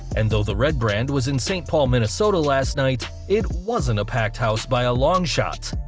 and though the red brand was in st. paul, minnesota last night, it wasn't a packed house by a long shot.